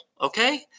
okay